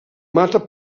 mata